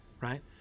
right